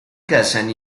casan